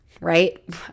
right